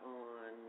on